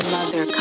Mother